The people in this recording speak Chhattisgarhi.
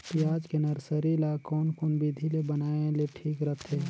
पियाज के नर्सरी ला कोन कोन विधि ले बनाय ले ठीक रथे?